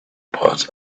parts